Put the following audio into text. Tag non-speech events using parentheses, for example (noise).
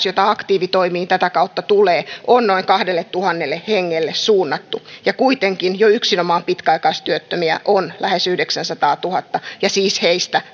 (unintelligible) jota aktiivitoimiin tätä kautta tulee on noin kahdelletuhannelle hengelle suunnattu ja kuitenkin jo yksinomaan pitkäaikaistyöttömiä on lähes yhdeksänsataatuhatta ja heistä